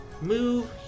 move